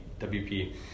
wp